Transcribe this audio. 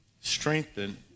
strengthen